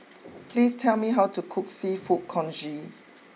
please tell me how to cook Seafood Congee